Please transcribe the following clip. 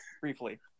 briefly